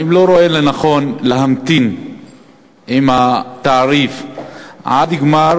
האם אתה לא רואה לנכון להמתין עם התעריף עד גמר